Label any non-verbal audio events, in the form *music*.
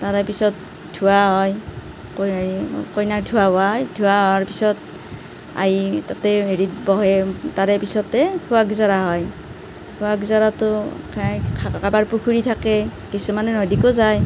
তাৰেপিছত ধুওৱা হয় *unintelligible* কইনাক ধুওৱা হয় ধুওৱা হোৱাৰ পিছত আহি তাতে হেৰিত বহে তাৰে পিছতে সুৱাগ জৰা হয় সুৱাগ জৰাটো *unintelligible* কাৰোবাৰ পুখুৰী থাকে কিছুমানে নদীকো যায়